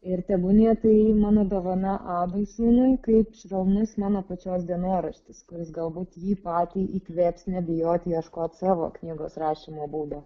ir tebūnie tai mano dovana adui sūnui kaip švelnus mano pačios dienoraštis kuris galbūt jį patį įkvėps nebijoti ieškoti savo knygos rašymo būdo